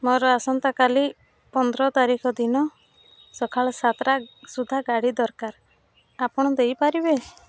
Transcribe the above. ମୋର ଆସନ୍ତାକାଲି ପନ୍ଦର ତାରିଖ ଦିନ ସକାଳ ସାତଟା ସୁଧା ଗାଡ଼ି ଦରକାର ଆପଣ ଦେଇପାରିବେ